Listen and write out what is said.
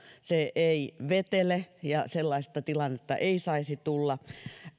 se ei vetele ja sellaista tilannetta ei saisi tulla